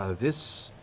ah this